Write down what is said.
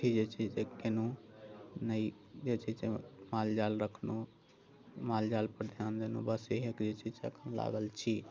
अथि जे छै से केलहुँ नहि जे छै से माल जाल रखलहुँ माल जालपर ध्यान देलहुँ बस इएह करैत छी जे एखन लागल छी